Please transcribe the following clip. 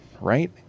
right